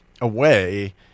away